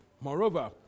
Moreover